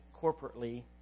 corporately